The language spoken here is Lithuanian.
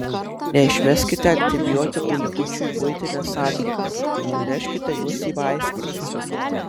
neišmeskite antibiotikų likučių į buitines atliekas nuneškite juos į vaistinę